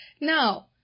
Now